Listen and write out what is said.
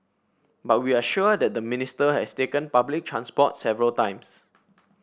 but we are sure that the Minister has taken public transport several times